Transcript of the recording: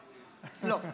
לא, אוקיי.